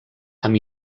amb